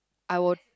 I would